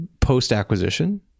post-acquisition